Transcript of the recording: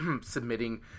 submitting